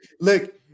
look